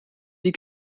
die